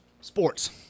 sports